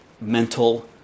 mental